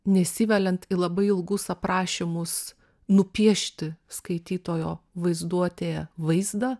nesiveliant į labai ilgus aprašymus nupiešti skaitytojo vaizduotėje vaizdą